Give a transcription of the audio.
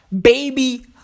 baby